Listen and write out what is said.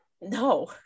No